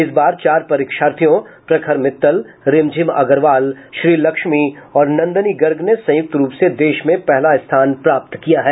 इस बार चार परीक्षार्थियों प्रखर मित्तल रिमझिम अग्रवाल श्रीलक्षमी और नंदनी गर्ग ने संयुक्त रूप से देश में पहला स्थान प्राप्त किया है